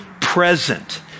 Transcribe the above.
present